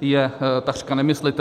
je takřka nemyslitelná.